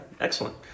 Excellent